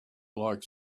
like